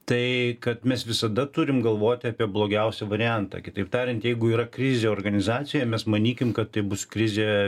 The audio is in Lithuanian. tai kad mes visada turim galvoti apie blogiausią variantą kitaip tariant jeigu yra krizė organizacijoj mes manykim kad tai bus krizė